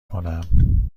کنم